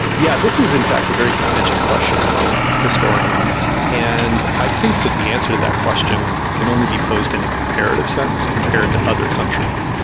yeah this is in fact a very contentious question among historians, and i think that the answer to that question can only be posed in a comparative sense, compared to other countries,